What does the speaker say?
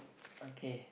okay